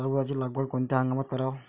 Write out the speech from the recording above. टरबूजाची लागवड कोनत्या हंगामात कराव?